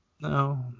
No